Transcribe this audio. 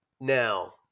now